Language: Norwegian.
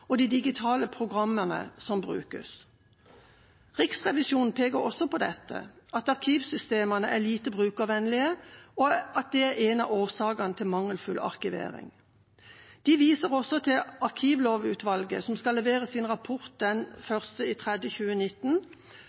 og de digitale programmene som brukes. Riksrevisjonen peker også på at arkivsystemene er lite brukervennlige, og at det er en av årsakene til mangelfull arkivering. De viser også til arkivlovutvalget, som skal levere sin rapport den 1. mars 2019.